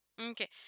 Okay